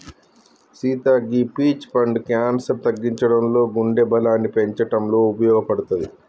సీత గీ పీచ్ పండు క్యాన్సర్ తగ్గించడంలో గుండె బలాన్ని పెంచటంలో ఉపయోపడుతది